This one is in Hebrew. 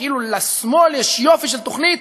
כאילו לשמאל יש יופי של תוכנית,